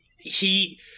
He-